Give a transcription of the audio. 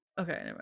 okay